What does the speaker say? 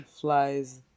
flies